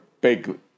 big